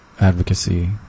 advocacy